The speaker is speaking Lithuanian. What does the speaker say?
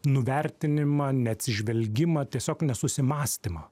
nuvertinimą neatsižvelgimą tiesiog nesusimąstymą